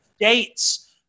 dates